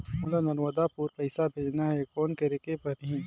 मोला नर्मदापुर पइसा भेजना हैं, कौन करेके परही?